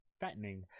fattening